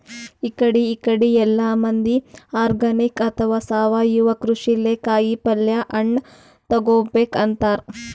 ಇಕಡಿ ಇಕಡಿ ಎಲ್ಲಾ ಮಂದಿ ಆರ್ಗಾನಿಕ್ ಅಥವಾ ಸಾವಯವ ಕೃಷಿಲೇ ಕಾಯಿಪಲ್ಯ ಹಣ್ಣ್ ತಗೋಬೇಕ್ ಅಂತಾರ್